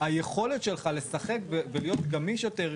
-- ככה היכולת שלך לשחק ולהיות גמיש יותר,